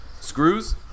screws